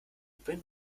beginn